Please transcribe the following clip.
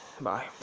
Bye